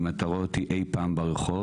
אם אתה רואה אותי אי פעם ברחוב